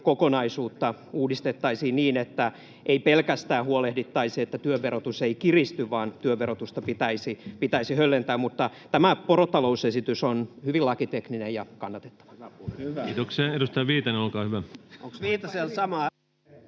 kokonaisuutta niin, että ei pelkästään huolehdittaisi, että työn verotus ei kiristy, vaan työn verotusta pitäisi höllentää. Tämä porotalousesitys on hyvin lakitekninen ja kannatettava. Kiitoksia. — Edustaja Viitanen, olkaa hyvä.